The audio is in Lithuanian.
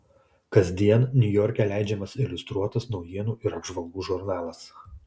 kasdien niujorke leidžiamas iliustruotas naujienų ir apžvalgų žurnalas